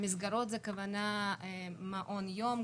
המסגרות זה הכוונה למעון יום,